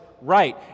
right